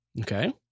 Okay